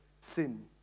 sin